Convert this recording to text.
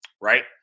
right